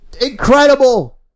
Incredible